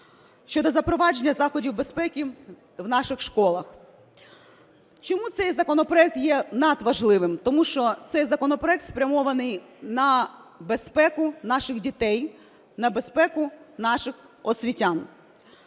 щодо запровадження заходів безпеки в наших школах. Чому цей законопроект є надважливим? Тому що цей законопроект спрямований на безпеку наших дітей, на безпеку наших освітян.